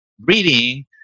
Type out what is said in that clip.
reading